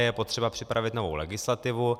Je potřeba připravit novou legislativu.